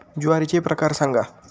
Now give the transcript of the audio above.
ज्वारीचे प्रकार सांगा